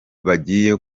bagiye